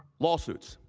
lawsuits.